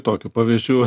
tokių pavyzdžių